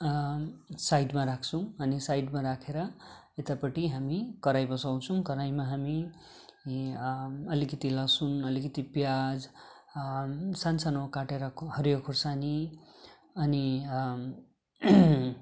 साइडमा राख्छौँ अनि साइडमा राखेर यतापट्टि हामी कराही बसाउँछौँ कराहीमा हामी अलिकति लसुन अलिकति प्याज सान्सानो काटेर हरियो खोर्सानी अनि